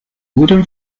wooden